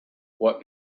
what